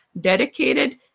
dedicated